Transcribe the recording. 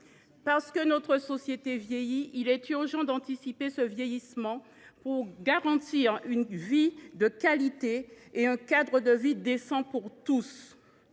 Parce que notre société vieillit, il est urgent d’anticiper ce vieillissement pour garantir une vie de qualité et un cadre de vie décent pour tous.